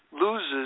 loses